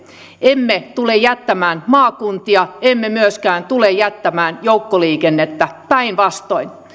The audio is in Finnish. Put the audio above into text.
emme tule jättämään maakuntia emme myöskään tule jättämään joukkoliikennettä päinvastoin